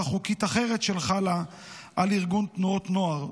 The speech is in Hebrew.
חוקית אחרת שחלה על ארגון תנועות נוער,